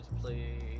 please